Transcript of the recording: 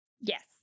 Yes